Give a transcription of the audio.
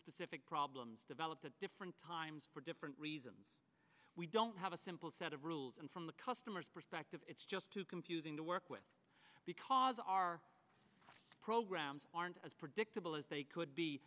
specific problems developed at different times for different reasons we don't have a simple set of rules and from the customer's perspective it's just too confusing to work with because our programs aren't as predictable as they could be